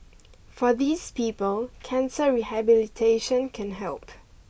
for these people cancer rehabilitation can help